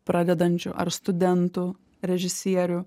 pradedančių ar studentų režisierių